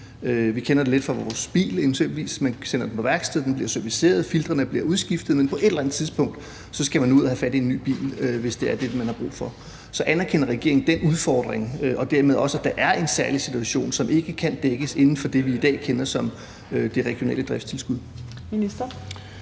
Vi kender det lidt fra eksempelvis vores biler; man sender den på værksted, den bliver serviceret, filtrene bliver udskiftet, men på et eller andet tidspunkt skal man ud og have fat i en ny bil, hvis det er det, man har brug for. Så anerkender regeringen den udfordring og dermed også, at der er en særlig situation, som ikke kan dækkes inden for det, vi i dag kender som det regionale driftstilskud? Kl.